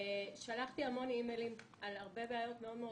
ושלחתי הרבה אי-מיילים על הרבה בעיות מאוד מאוד